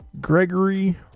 Gregory